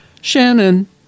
Shannon